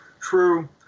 True